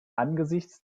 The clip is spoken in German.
angesichts